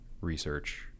research